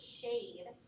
shade